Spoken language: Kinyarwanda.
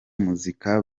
muzika